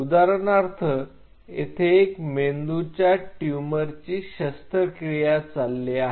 उदाहरणार्थ येथे एक मेंदूच्या ट्यूमरची शस्त्रक्रिया चालली आहे